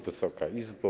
Wysoka Izbo!